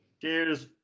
Cheers